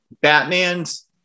Batman's